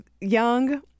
young